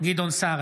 גדעון סער,